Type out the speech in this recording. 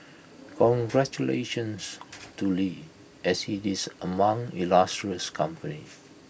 congratulations to lee as he is among illustrious company